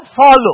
follow